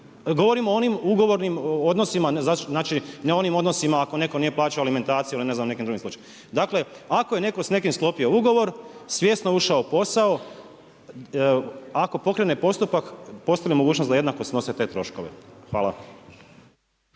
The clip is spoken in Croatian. Govorim o onim ugovornim odnosima, znači, ne onim odnosima ako netko nije plaćao alimentaciju ili ne znam u nekim drugim slučajevima. Dakle ako je netko s nekim sklopio ugovor, svjesno ušao u posao, ako pokrene postupak postoji li mogućnost da jednako snose te troškove? Hvala.